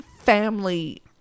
family